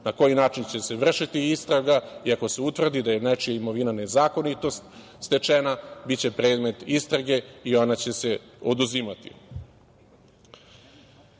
na koji način će se vršiti istraga i ako se utvrdi da je nečija imovina nezakonito stečena biće predmet istrage i ona će se oduzimati. Kada